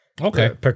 Okay